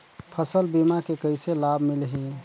फसल बीमा के कइसे लाभ मिलही?